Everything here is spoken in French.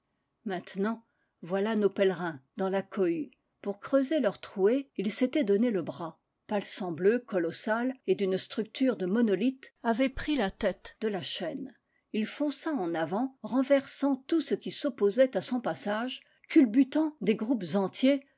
maintenant voilà nos pèlerins dans la cohue pour creu ser leur trouée ils s'étaient donné le bras palsambleu colossal et d'une structure de monolithe avait pris la tète de la chaîne il fonça en avant renversant tout ce qui s'op posait à son passage culbutant des groupes entiers